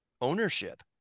ownership